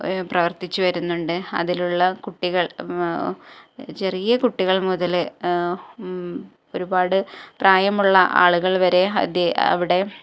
പ്രവർത്തിച്ച് വരുന്നുണ്ട് അതിലുള്ള കുട്ടികൾ ചെറിയ കുട്ടികൾ മുതൽ ഒരുപാട് പ്രായമുള്ള ആളുകൾ വരെ അവിടെ